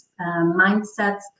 mindsets